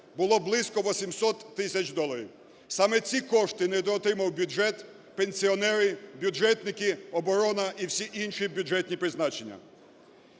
було близько 800 тисяч доларів. Саме ці кошти недоотримав бюджет, пенсіонери, бюджетники, оборона і всі інші бюджетні призначення.